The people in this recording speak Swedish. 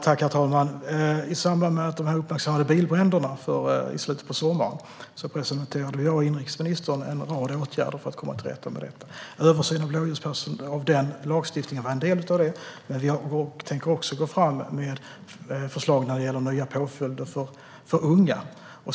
Herr talman! I samband med de uppmärksammade bilbränderna i slutet av sommaren presenterade jag och inrikesministern en rad åtgärder för att komma till rätta med detta. En översyn av den nämnda lagstiftningen var en del av det, men vi tänker också gå fram med förslag när det gäller nya påföljder för unga.